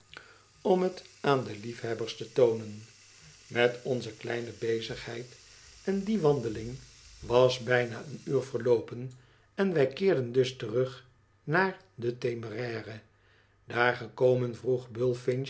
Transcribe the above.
om het aan de liefhebbers te toonen met onze kleine bezigheid en die wandeling was bijna een uur verloopen en wij keerden dus terug naar de temeraire daar gekomen vroeg